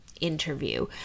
interview